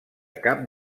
cap